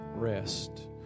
rest